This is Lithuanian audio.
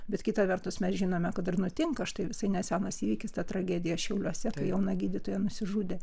bet kita vertus mes žinome kad ir nutinka štai visai nesenas įvykis ta tragedija šiauliuose kai jauna gydytoja nusižudė